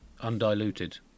undiluted